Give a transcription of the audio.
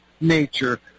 nature